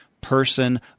Person